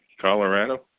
Colorado